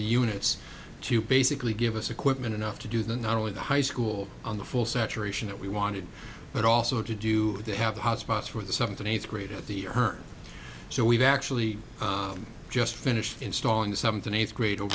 the units to basically give us equipment enough to do the not only the high school on the full saturation that we wanted but also to do they have the hotspots where the seventh and eighth grade of the year her so we've actually just finished installing something eighth grade o